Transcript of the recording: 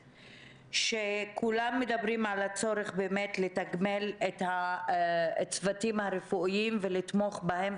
כולם מדברים על הצורך לתגמל את הצוותים הרפואיים ולתמוך בהם,